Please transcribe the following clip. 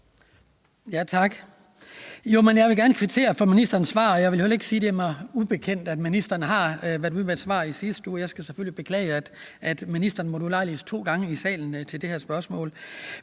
Jeg vil gerne kvittere for ministerens svar, og jeg vil heller ikke sige, at det er mig ubekendt, at ministeren har været ude med et svar i sidste uge. Jeg skal selvfølgelig beklage, at ministeren måtte ulejlige sig to gange i salen til det her spørsmål.